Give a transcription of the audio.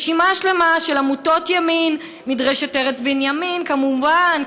רשימה שלמה של עמותות ימין: מדרשת ארץ בנימין כמובן,